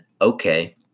okay